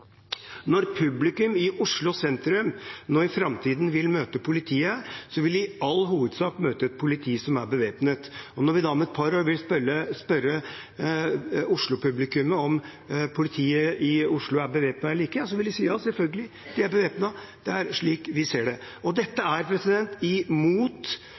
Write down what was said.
Når publikum i Oslo sentrum i framtiden vil møte politiet, vil de i all hovedsak møte et politi som er bevæpnet. Når vi da om et par år spør Oslo-publikummet om politiet i Oslo er bevæpnet eller ikke, vil de si: Ja, selvfølgelig er de bevæpnet, det er slik vi ser det. Dette er imot